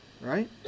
right